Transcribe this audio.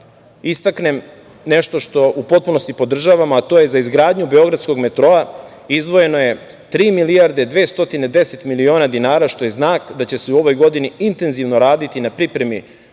istaknem nešto što u potpunosti podržavam, a to je za izgradnju beogradskog metroa izdvojeno je tri milijarde 210 miliona dinara, što je znak da će se u ovoj godini intenzivno raditi na pripremi